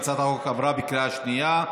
הצעת החוק עברה בקריאה השנייה.